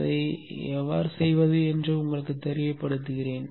அதை எப்படி செய்வது என்று உங்களுக்குத் தெரியப்படுத்துகிறேன்